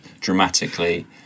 dramatically